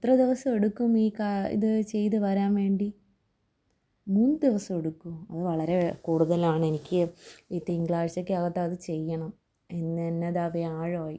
എത്ര ദിവസമെടുക്കും ഈ ഇത് ചെയ്ത് വരാൻവേണ്ടി മൂന്ന് ദിവസമെടുക്കുമോ അത് വളരെ കൂടുതലാണ് എനിക്ക് ഈ തിങ്കളാഴ്ചയ്ക്കകത്ത് അത് ചെയ്യണം ഇന്ന് തന്നെ ദാ വ്യാഴമായി